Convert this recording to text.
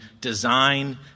design